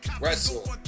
wrestle